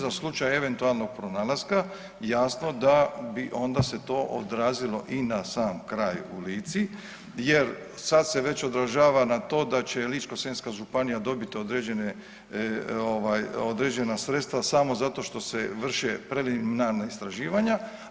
Za slučaj eventualnog pronalaska, jasno da bi onda se to odrazilo i na sam kraj u Lici jer sada se već odražava na to da će Ličko-senjska županija dobiti određena sredstva samo zato što se vrše preliminarna istraživanja.